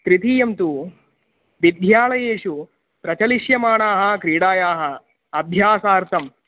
तृतीयं तु विध्यालयेषु प्रचलिष्यमानाः क्रीडायाः अभ्यासार्थं